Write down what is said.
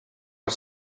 are